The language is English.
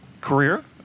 Career